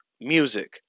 music